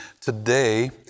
today